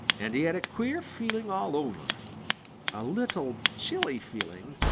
and he had a queer feeling all over a little chilly feeling,